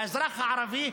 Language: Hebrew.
האזרח הערבי,